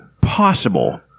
possible